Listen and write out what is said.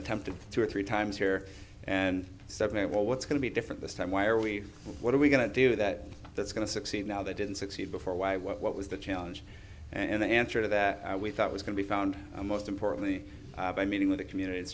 attempted two or three times here and seven well what's going to be different this time why are we what are we going to do that that's going to succeed now that didn't succeed before why what what was the challenge and the answer that we thought was can be found and most importantly by meeting with the community